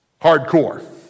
hardcore